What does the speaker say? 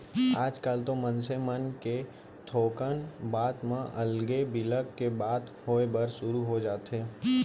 आजकल तो मनसे मन के थोकन बात म अलगे बिलग के बात होय बर सुरू हो जाथे